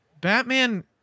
Batman